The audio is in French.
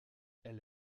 elle